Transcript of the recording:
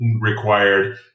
required